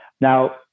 Now